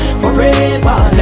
forever